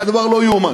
זה היה דבר לא יאומן.